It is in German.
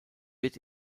wird